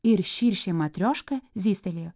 ir širšė matrioška zystelėjo